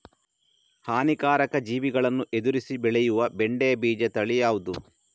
ಹಾನಿಕಾರಕ ಜೀವಿಗಳನ್ನು ಎದುರಿಸಿ ಬೆಳೆಯುವ ಬೆಂಡೆ ಬೀಜ ತಳಿ ಯಾವ್ದು?